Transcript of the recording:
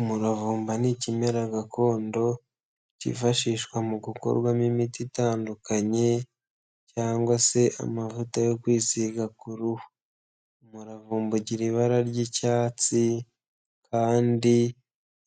Umuravumba ni ikimera gakondo kifashishwa mu gukorwamo imiti itandukanye, cyangwa se amavuta yo kwisiga ku ruhu. Umuravumba ugira ibara ry'icyatsi kandi